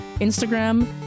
Instagram